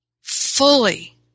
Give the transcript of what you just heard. fully